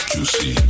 Juicy